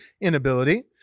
inability